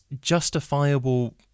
justifiable